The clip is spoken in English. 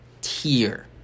tier